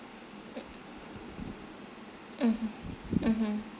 mmhmm mmhmm